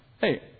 hey